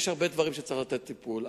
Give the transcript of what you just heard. יש הרבה דברים שצריך לתת להם טיפול.